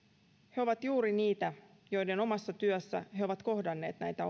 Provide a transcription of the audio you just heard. he ovat juuri niitä joiden omassa työssä he ovat kohdanneet näitä